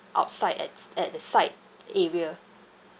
outside at at the site area